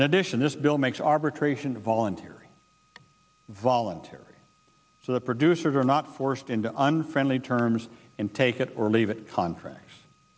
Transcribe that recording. in addition this bill makes arbitration voluntary voluntary so the producers are not forced into on friendly terms and take it or leave it contracts